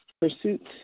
pursuits